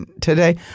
today